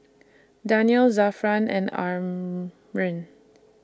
Daniel Zafran and Amrin